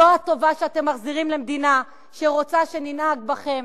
זו הטובה שאתם מחזירים למדינה שרוצה שננהג בכם